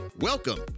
Welcome